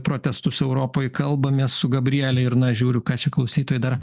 protestus europoj kalbamės su gabriele ir na žiūriu ką čia klausytojai dar